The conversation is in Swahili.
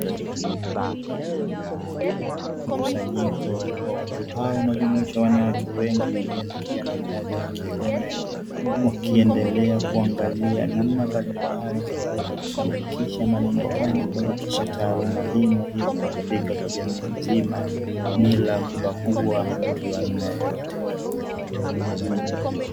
Mkusanyiko wa watu hao unajumuisha wanawake wengi pamoja na kijana mmoja wa kiume wakiendelea kuangalia namna mbalimbali za kuweza kufanikisha malengo hayo ni kuhakikisha taaluma hii muhimu inafika kwa jamii mzima bila kubagua mtu wa aina yoyote.